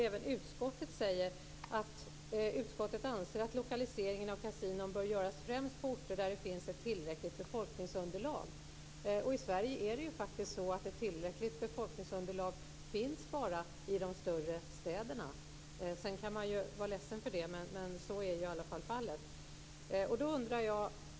Även utskottet säger att utskottet anser att lokaliseringen av kasinon bör göras främst på orter där det finns ett tillräckligt befolkningsunderlag. I Sverige finns ett tillräckligt befolkningsunderlag endast i de större städerna. Man kan vara ledsen för det, men så är fallet.